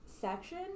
section